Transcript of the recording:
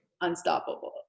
unstoppable